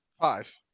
Five